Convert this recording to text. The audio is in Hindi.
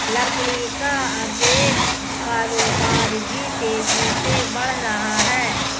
लकड़ी का अवैध कारोबार भी तेजी से बढ़ रहा है